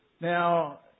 Now